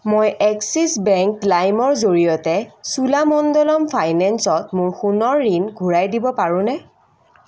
মই Axis bank লাইমৰ জৰিয়তে চোলামণ্ডলম ফাইনেঞ্চত মোৰ সোণৰ ঋণ ঘূৰাই দিব পাৰোনে